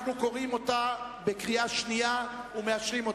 אנחנו קוראים אותה בקריאה שנייה ומאשרים.